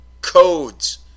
codes